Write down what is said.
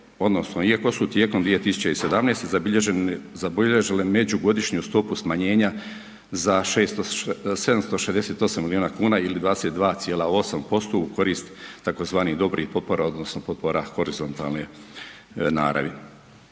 iako su tijekom 2017. zabilježile međugodišnju stopu smanjenja za 768 milijuna kuna ili 22,8% u korist tzv. dobrih potpora odnosno potpora horizontalne naravi.